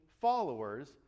followers